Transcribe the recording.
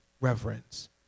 reverence